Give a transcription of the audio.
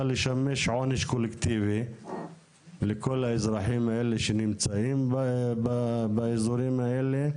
לשמש עונש קולקטיבי לכל האזרחים האלה שנמצאים באזורים האלה,